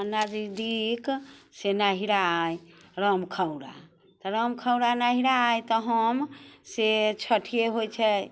हमर नजदीक से नैहरा अइ रामखौरा तऽ रामखौरा नैहरा अइ तऽ हम से छठिए होइत छै